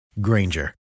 Granger